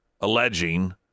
alleging